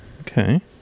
Okay